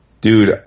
Dude